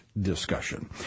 discussion